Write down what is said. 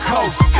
Coast